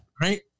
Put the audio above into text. Right